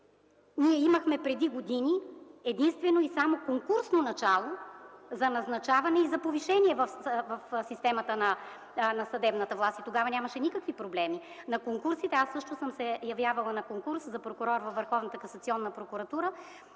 или какво? Преди години имахме единствено и само конкурсно начало за назначаване и за повишение в системата на съдебната власт. Тогава нямаше никакви проблеми. Аз също съм се явявала на конкурс за прокурор във